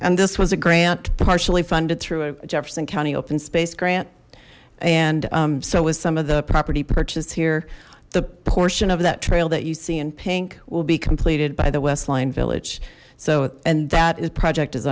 and this was a grant partially funded through a jefferson county open space grant and so with some of the property purchase here the portion of that trail that you see in pink will be completed by the west line village so and that is project is